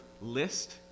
list